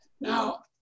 Now